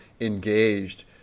engaged